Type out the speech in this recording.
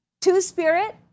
Two-spirit